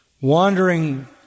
wandering